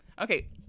Okay